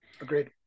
Agreed